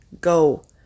go